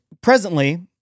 presently